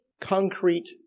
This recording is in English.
concrete